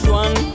one